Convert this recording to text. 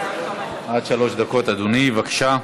עד שלוש דקות, אדוני, בבקשה.